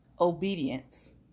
obedience